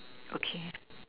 okay